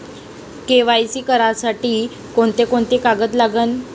KYC करासाठी कोंते कोंते कागद लागन?